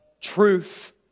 truth